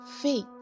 faith